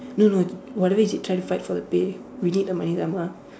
no no whatever is it try to fight for the pay we need the money Dharma